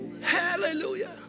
Hallelujah